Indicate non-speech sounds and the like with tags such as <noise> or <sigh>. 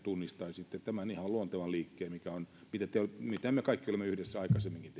ja tunnistaisitte tämän ihan luontevan liikkeen mitä me kaikki olemme yhdessä aikaisemminkin <unintelligible>